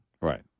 Right